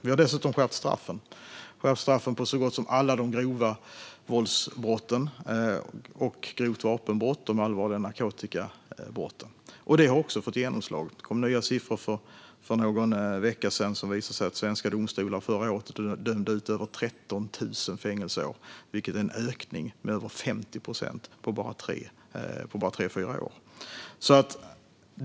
Vi har dessutom skärpt straffen på så gott som alla de grova våldsbrotten, grovt vapenbrott och de allvarliga narkotikabrotten. Det har också fått genomslag. För någon vecka sedan kom nya siffror som visade att svenska domstolar förra året dömde ut över 13 000 fängelseår, vilket är en ökning med över 50 procent på bara tre fyra år.